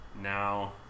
now